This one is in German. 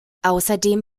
außerdem